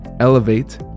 Elevate